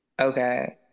Okay